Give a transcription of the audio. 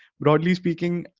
broadly speaking,